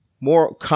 more